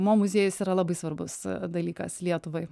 mo muziejus yra labai svarbus dalykas lietuvai